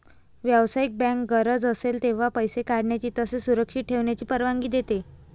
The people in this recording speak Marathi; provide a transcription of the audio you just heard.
व्यावसायिक बँक गरज असेल तेव्हा पैसे काढण्याची तसेच सुरक्षित ठेवण्याची परवानगी देते